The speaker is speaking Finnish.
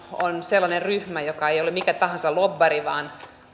on sellainen ryhmä joka ei ole mikä tahansa lobbari vaan